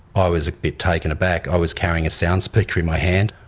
i was a bit taken aback. i was carrying a sound speaker in my hand.